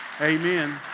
Amen